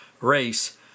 race